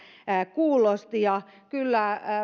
kuulosti kyllä